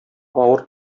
авыр